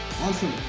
awesome